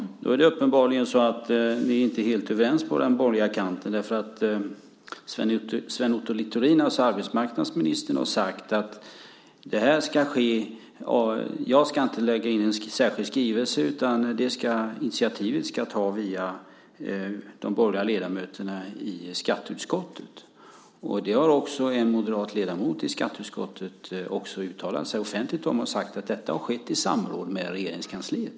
Herr talman! Då är det uppenbarligen så att ni inte är helt överens på den borgerliga kanten. Sven Otto Littorin, arbetsmarknadsministern, har sagt: Jag ska inte lägga in en särskild skrivelse, utan initiativet ska jag ta via de borgerliga ledamöterna i skatteutskottet. En moderat ledamot i skatteutskottet har också uttalat sig offentligt om detta och sagt att det har skett i samråd med Regeringskansliet.